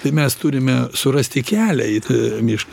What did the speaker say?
tai mes turime surasti kelią į tą miš